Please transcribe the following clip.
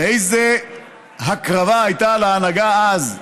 איזו הקרבה הייתה להנהגה אז,